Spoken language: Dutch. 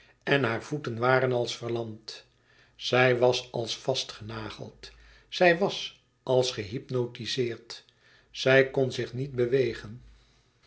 en hare voeten waren als verlamd zij was als vastgenageld zij was als gehypnotizeerd zij kon zich niet bewegen